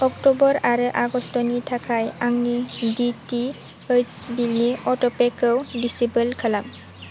October आरो आगष्टनि थाखाय आंनि डि टि एइच बिलनि अट'पेखौ डिसेबोल खालाम